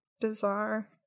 bizarre